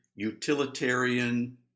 utilitarian